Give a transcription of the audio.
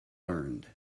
learned